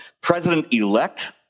president-elect